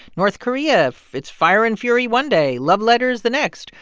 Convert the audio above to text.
north korea it's fire and fury one day, love letters the next.